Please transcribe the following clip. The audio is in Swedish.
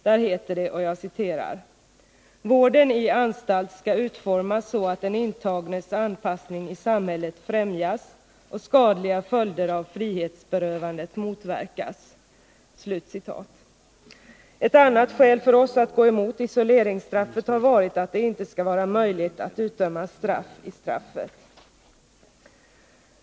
Där heter det i första meningen: ”Kriminalvården i anstalt skall utformas så att den intagnes anpassning i samhället främjas och skadliga följder av frihetsberövandet motverkas.” Ett annat skäl för oss att gå emot isoleringsstraffet har varit att det inte skall vara möjligt att utdöma straff i straffet.